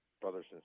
brothers